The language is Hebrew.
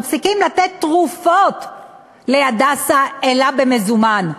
מפסיקים לתת תרופות ל"הדסה" אלא במזומן.